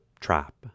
trap